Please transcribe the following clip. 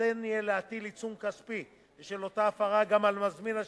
ניתן יהיה להטיל עיצום כספי בשל אותה הפרה גם על מזמין השירות.